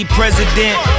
president